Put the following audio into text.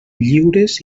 lliures